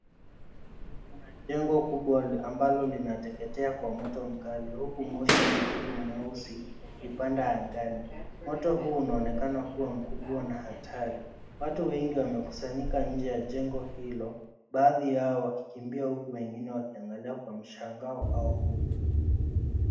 Kuna jengo kubwa ambalo linateketea kwa moto mkali, huku moshi mzito mweusi ukipanda angani. Moto huu unaonekana kuwa mkubwa na hatari. Watu wengi wamekusanyika nje ya jengo hilo, baadhi yao wakikimbia huku wengine wakiangalia kwa mshangao au hofu.